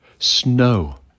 snow